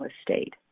estate